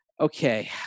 Okay